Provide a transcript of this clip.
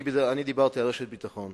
אני דיברתי על רשת ביטחון,